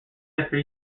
after